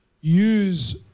use